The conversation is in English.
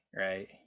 right